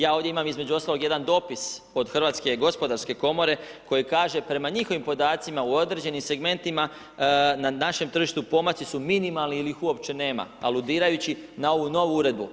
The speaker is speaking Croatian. Ja ovdje imam između ostalog jedan dopis od Hrvatske gospodarske komore koji kaže prema njihovim podacima u određenim segmentima na našem tržištu pomaci su minimalni ili ih uopće nema, aludirajući na ovu novu uredbu.